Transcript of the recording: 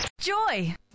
Joy